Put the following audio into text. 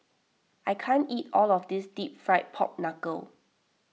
I can't eat all of this Deep Fried Pork Knuckle